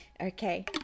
Okay